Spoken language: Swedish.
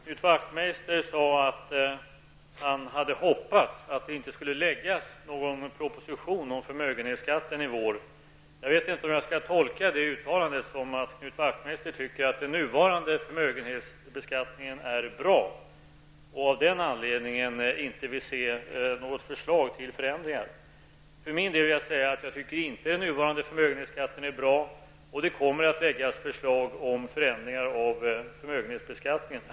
Herr talman! Knut Wacthmeister hade hoppats att det inte skulle läggas fram någon proposition om förmögenhetsskatten i vår. Jag vet inte om jag skall tolka detta som att Knut Wacthmeister anser att den nuvarande förmögenhetsbeskattningen är bra och att han av den anledningen inte vill se något förslag till förändringar. För min del anser jag att den nuvarande förmögenhetsbeskattningen inte är bra. Det kommer att läggas fram förslag om förändringar av förmögenhetsbeskattningen.